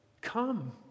Come